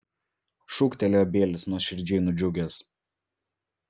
šūktelėjo bielis nuoširdžiai nudžiugęs